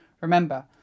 Remember